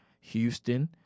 Houston